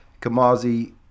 Kamazi